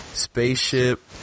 Spaceship